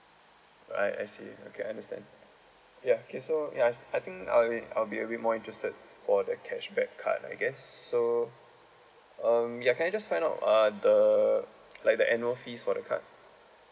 I I see okay understand ya okay so ya I think I I'll be a bit more interested for the cashback card I guess so um ya can I just find out uh the like the annual fees for the card